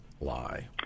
lie